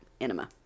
enema